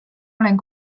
olen